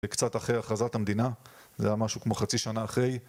וקצת אחרי הכרזת המדינה, זה היה משהו כמו חצי שנה אחרי.